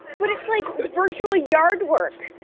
but it's, like, virtual yard work.